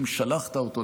אם שלחת אותו,